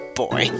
boy